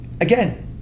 again